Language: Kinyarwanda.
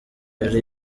yari